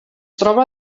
troba